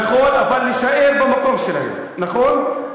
נכון, אבל להישאר במקום שלהם, נכון?